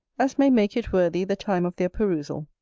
as may make it worthy the time of their perusal,